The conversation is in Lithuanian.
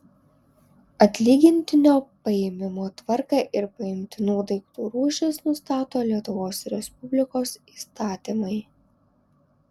atlygintinio paėmimo tvarką ir paimtinų daiktų rūšis nustato lietuvos respublikos įstatymai